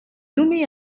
nommée